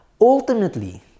ultimately